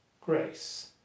Grace